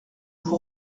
vous